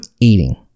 eating